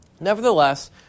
Nevertheless